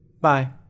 Bye